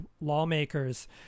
lawmakers